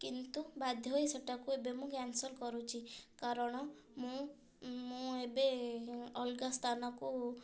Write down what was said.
କିନ୍ତୁ ବାଧ୍ୟ ହୋଇ ସେଇଟାକୁ ଏବେ ମୁଁ କ୍ୟାନସଲ୍ କରୁଛି କାରଣ ମୁଁ ମୁଁ ଏବେ ଅଲଗା ସ୍ଥାନକୁ